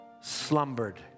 slumbered